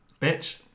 bitch